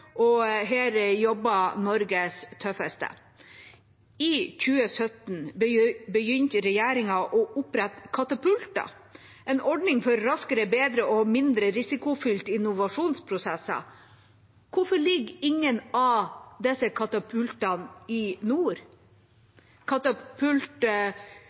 og her jobber Norges tøffeste. I 2017 begynte regjeringen å opprette katapulter, en ordning for raskere, bedre og mindre risikofylte innovasjonsprosesser. Hvorfor ligger ingen av disse katapultene i